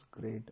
great